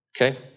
Okay